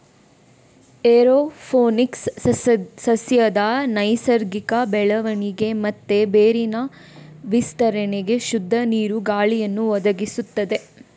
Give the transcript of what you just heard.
aeroponics ಸಸ್ಯದ ನೈಸರ್ಗಿಕ ಬೆಳವಣಿಗೆ ಮತ್ತೆ ಬೇರಿನ ವಿಸ್ತರಣೆಗೆ ಶುದ್ಧ ನೀರು, ಗಾಳಿಯನ್ನ ಒದಗಿಸ್ತದೆ